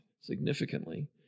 significantly